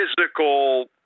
physical